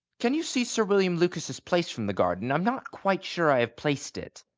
can you see sir william lucas' place from the garden? i am not quite sure i have placed it.